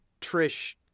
Trish